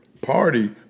party